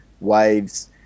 waves